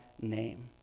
name